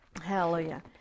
Hallelujah